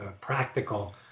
practical